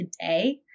today